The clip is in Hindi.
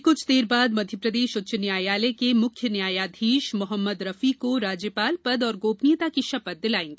अब से कुछ देर बाद मध्यप्रदेश उच्च न्यायालय के मुख्य न्यायाधीश मोहम्मद रफीक को राज्यपाल पद और गोपनीयता की शपथ दिलायेंगी